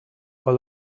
all